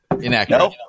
Inaccurate